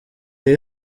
iyi